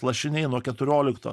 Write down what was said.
lašiniai nuo keturiolikto